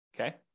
Okay